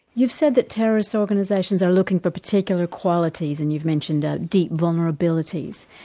you've said that terrorist organisations are looking for particular qualities and you've mentioned ah deep vulnerabilities.